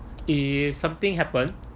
if something happen